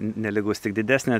nelygus tik didesnė